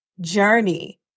journey